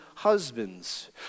Husbands